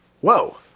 Whoa